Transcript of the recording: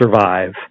survive